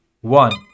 one